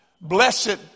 blessed